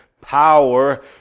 power